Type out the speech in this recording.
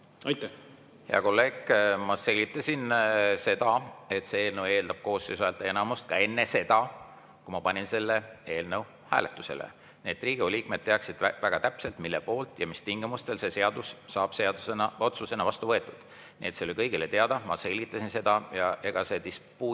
palun! Hea kolleeg, ma selgitasin, et see eelnõu eeldab koosseisu häälteenamust, ka enne seda, kui ma panin selle eelnõu hääletusele, et Riigikogu liikmed teaksid väga täpselt, mille poolt ja mis tingimustel see [eelnõu] saab otsusena vastu võetud. Nii et see oli kõigile teada, ma selgitasin seda. Ega see dispuut